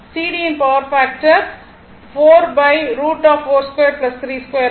cd யின் power factor 4√42 32 ஆகும்